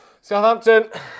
Southampton